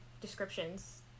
descriptions